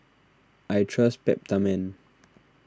I trust Peptamen